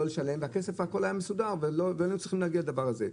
לא לשלם והכול היה מסודר ולא היינו צריכים להגיע לדבר הזה.